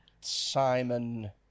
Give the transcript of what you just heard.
Simon